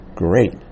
Great